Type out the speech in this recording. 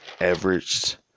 averaged